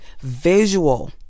visual